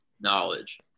knowledge